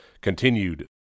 continued